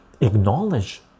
acknowledge